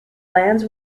lands